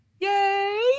Yay